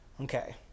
okay